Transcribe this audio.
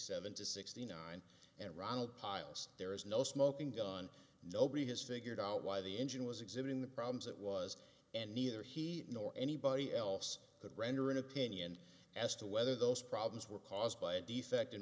seven to sixty nine and ronald pyles there is no smoking gun nobody has figured out why the engine was exhibiting the problems it was and neither he nor anybody else that render an opinion as to whether those problems were caused by a defect